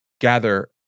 gather